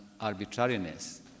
arbitrariness